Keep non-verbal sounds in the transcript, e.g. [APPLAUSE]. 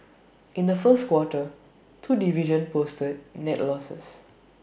[NOISE] in the first quarter two divisions posted net losses